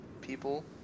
people